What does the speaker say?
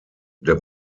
der